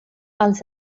als